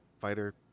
fighter